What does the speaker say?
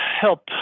help